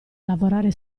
lavorare